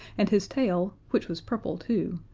and his tail, which was purple too,